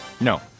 No